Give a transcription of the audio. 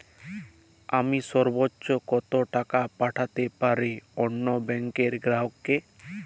আমি সর্বোচ্চ কতো টাকা পাঠাতে পারি অন্য ব্যাংকের গ্রাহক কে?